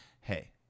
hey